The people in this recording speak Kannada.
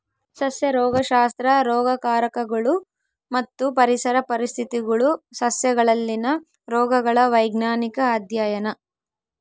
ಸಸ್ಯ ರೋಗಶಾಸ್ತ್ರ ರೋಗಕಾರಕಗಳು ಮತ್ತು ಪರಿಸರ ಪರಿಸ್ಥಿತಿಗುಳು ಸಸ್ಯಗಳಲ್ಲಿನ ರೋಗಗಳ ವೈಜ್ಞಾನಿಕ ಅಧ್ಯಯನ